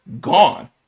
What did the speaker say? gone